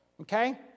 Okay